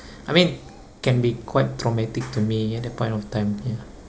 I mean can be quite traumatic to me at that point of time ya